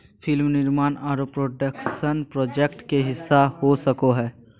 film निर्माण आरो production project के हिस्सा हो सको हय